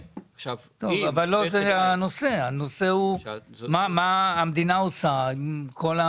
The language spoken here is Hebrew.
זה אומר שהמדינה לא